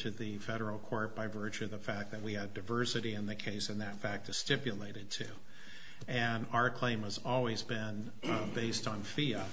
to the federal court by virtue of the fact that we had diversity in the case and that fact is stipulated to and our claim was always been based on fia